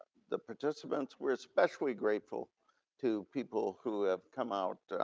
the participants. we're especially grateful to people who have come out